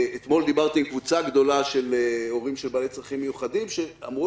אתמול דיברתי עם קבוצה גדולה של הורים של בעלי צרכים מיוחדים שאמרו